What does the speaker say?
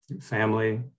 family